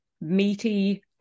meaty